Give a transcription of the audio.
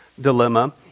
dilemma